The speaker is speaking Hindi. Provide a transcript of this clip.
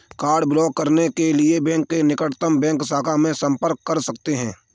कार्ड ब्लॉक करने के लिए बैंक की निकटतम बैंक शाखा से संपर्क कर सकते है